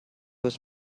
was